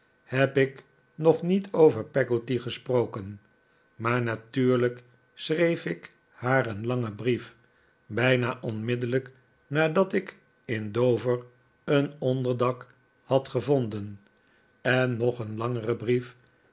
heb ik nog niet over peggotty gesproken maar natuurlijk schreef ik haar een langen david copperfield brief bijna onmiddellijk nadat ik in dover een onderdak had gevonden en nog een langeren brief